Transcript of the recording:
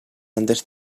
antes